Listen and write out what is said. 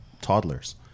toddlers